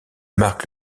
marque